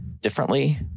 differently